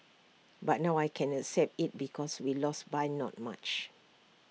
but now I can accept IT because we lost by not much